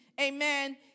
Amen